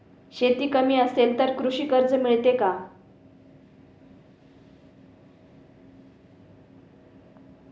शेती कमी असेल तर कृषी कर्ज मिळेल का?